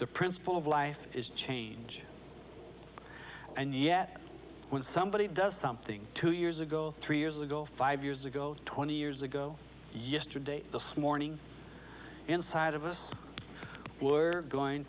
the principle of life is change and yet when somebody does something two years ago three years ago five years ago twenty years ago yesterday this morning inside of us were going